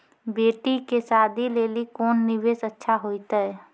बेटी के शादी लेली कोंन निवेश अच्छा होइतै?